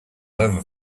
over